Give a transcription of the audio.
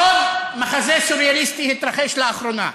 עוד מחזה סוריאליסטי התרחש לאחרונה: